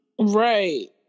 Right